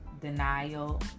denial